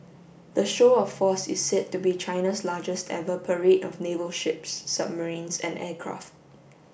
the show of force is said to be China's largest ever parade of naval ships submarines and aircraft